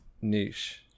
niche